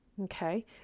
Okay